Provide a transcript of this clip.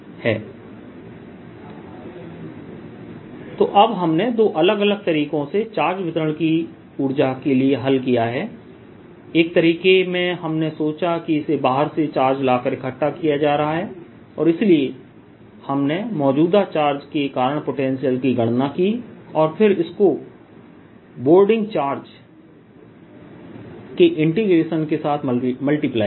EQ24π0R34 1203QQ35Q24π0R तो अब हमने दो अलग अलग तरीकों से चार्ज वितरण की ऊर्जा के लिए हल किया है एक तरीके में हमने सोचा कि इसे बाहर से चार्ज लाकर इकट्ठा किया जा रहा है और इसलिए हमने मौजूदा चार्ज के कारण पोटेंशियल की गणना की और फिर इसको बोर्डिंग चार्ज के इंटीग्रेशन के साथ मल्टीप्लाई किया